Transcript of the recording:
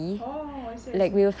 oh I see I see